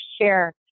share